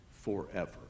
forever